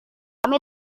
kami